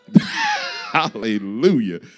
hallelujah